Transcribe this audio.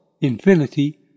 infinity